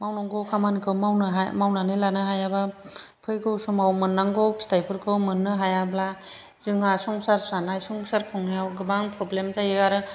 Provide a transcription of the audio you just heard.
मावनांगौ खामानिखौ मावनो हाया मावनानै लानो हायाब्ला फैगौ समाव मोननांगौ फिथाइफोरखौ मोननो हायाब्ला जोंहा संसार जानाय संसार खुंनायाव गोबां प्रब्लेम जायो आरो